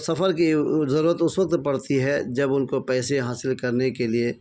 سفر کی ضرورت اس وقت پڑتی ہے جب ان کو پیسے حاصل کرنے کے لیے